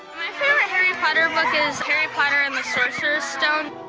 favorite harry potter book is harry potter and the sorceror's stone.